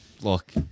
look